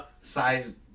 size